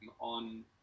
on